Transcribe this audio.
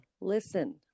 listen